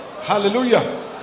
Hallelujah